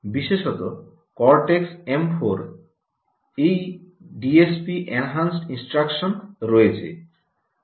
বিশেষত cortex M 4 এ এই ডিএসপি এনহান্সড ইনস্ট্রাকশনস রয়েছে